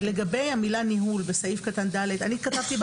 לגבי המילה "ניהול" בסעיף קטן (ד): אני כתבתי,